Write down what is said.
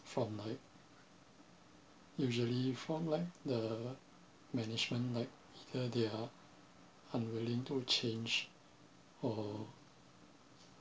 from like usually from like the management like either they are unwilling to change or